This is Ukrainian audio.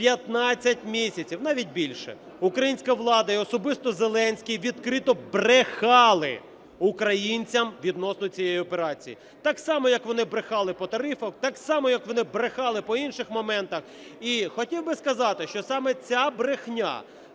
15 місяців, навіть більше, українська влада і особисто Зеленський відкрито брехали українцям відносно цієї операції, так само, як вони брехали по тарифах, так само, як вони брехали по інших моментах. І хотів би сказати, що саме ця брехня